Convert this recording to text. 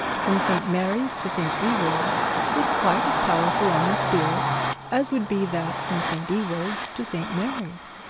from st mary's to st ewold's was quite as powerful on the spirits as would be that from st ewold's to st mary's.